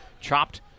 Chopped